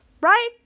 right